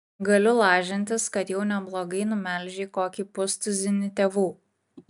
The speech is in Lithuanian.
galiu lažintis kad jau neblogai numelžei kokį pustuzinį tėvų